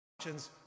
options